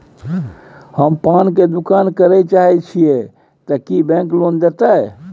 हम पान के दुकान करे चाहे छिये ते की बैंक लोन देतै?